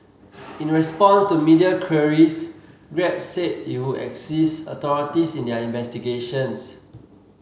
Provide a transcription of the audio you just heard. in response to media queries Grab said it would assist authorities in their investigations